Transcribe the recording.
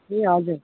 ए हजुर